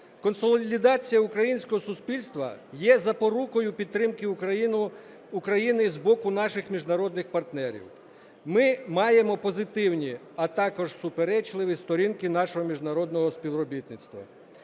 Консолідація українського суспільства є запорукою підтримки України з боку наших міжнародних партнерів, ми маємо позитивні, а також суперечливі сторінки нашого міжнародного співробітництва.